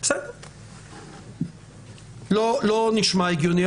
זה לא נשמע הגיוני.